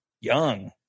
young